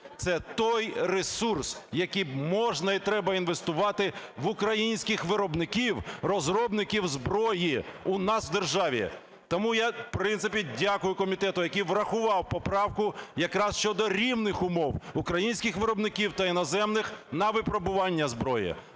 Це той ресурс, в який можна і треба інвестувати, в українських виробників, розробників зброї у нас в державі. Тому я, в принципі, дякую комітету, який врахував поправку якраз щодо рівних умов українських виробників та іноземних на випробування зброї.